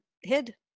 hid